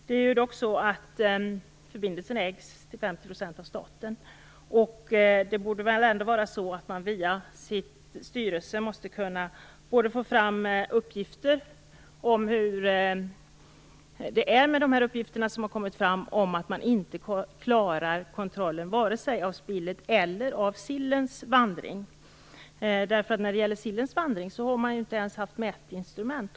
Det är dock så att förbindelsen till 50 % ägs av staten, och man måste via styrelsen kunna få fram uppgifter om hur det är med de påståenden som har gjorts om att man inte klarar kontrollen vare sig av spillet eller av sillens vandring. När det gäller sillens vandring har man inte ens haft mätinstrument.